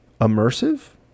immersive